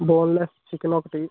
boneless chicken ఒకటి